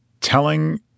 telling